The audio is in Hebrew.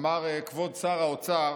אמר כבוד שר האוצר